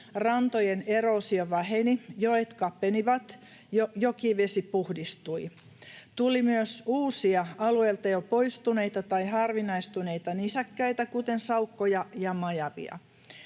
rantojen eroosio väheni, joet kapenivat, jokivesi puhdistui. Tuli myös uusia, alueelta jo poistuneita tai harvinaistuneita, nisäkkäitä, kuten saukkoja ja majavia.